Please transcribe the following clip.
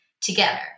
together